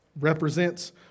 represents